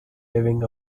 living